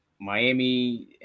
Miami